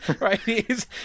right